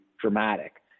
dramatic